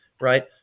right